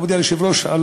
מכובדי היושב-ראש,